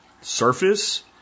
Surface